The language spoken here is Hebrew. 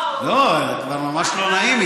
כבר ממש לא נעים.